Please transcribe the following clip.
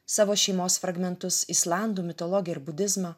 savo šeimos fragmentus islandų mitologiją ir budizmą